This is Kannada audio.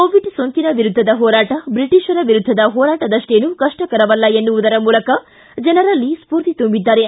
ಕೋವಿಡ್ ಸೋಂಕಿನ ವಿರುದ್ದದ ಹೋರಾಟ ಬ್ರಿಟಪರ ವಿರುದ್ದದ ಹೋರಾಟದಷ್ಟೇನೂ ಕಪ್ಪಕರವಲ್ಲ ಎನ್ನುವುದರ ಮೂಲಕ ಜನರಲ್ಲಿ ಸ್ಕೂರ್ತಿ ತುಂಬಿದ್ದಾರೆ